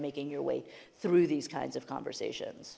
making your way through these kinds of conversations